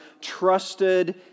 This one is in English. trusted